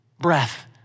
breath